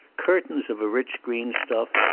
cur tains of a rich green stuff,